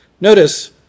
Notice